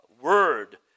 word